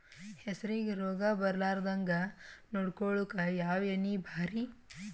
ಹೆಸರಿಗಿ ರೋಗ ಬರಲಾರದಂಗ ನೊಡಕೊಳುಕ ಯಾವ ಎಣ್ಣಿ ಭಾರಿ?